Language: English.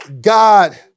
God